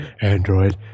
Android